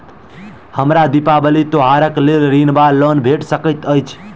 हमरा दिपावली त्योहारक लेल ऋण वा लोन भेट सकैत अछि?